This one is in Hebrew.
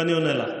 ואני עונה לך.